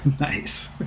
nice